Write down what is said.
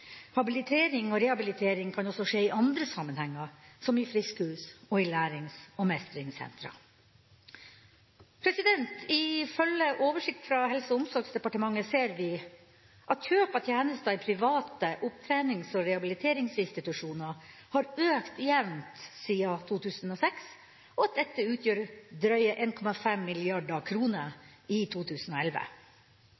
Habilitering og rehabilitering kan også skje i andre sammenhenger, som i friskhus og i lærings- og mestringssentra. Ifølge en oversikt fra Helse- og omsorgsdepartementet ser vi at kjøp av tjenester i private opptrenings- og rehabiliteringsinstitusjoner har økt jevnt siden 2006, og at dette utgjør drøyt 1,5 mrd. kr i 2011. Slike institusjoner utgjør en